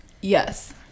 Yes